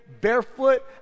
barefoot